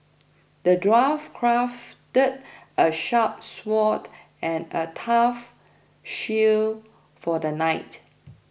the dwarf crafted a sharp sword and a tough shield for the knight